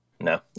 No